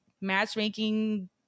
matchmaking